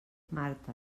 marta